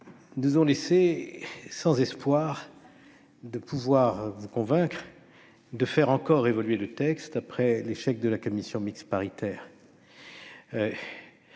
nous ont laissé sans espoir de parvenir à vous convaincre de faire encore évoluer le texte après l'échec de la commission mixte paritaire.